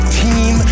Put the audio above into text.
team